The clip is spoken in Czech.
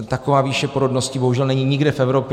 Taková výše porodnosti bohužel není nikde v Evropě.